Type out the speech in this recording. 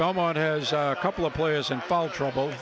belmont has a couple of players and paul trouble